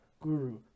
guru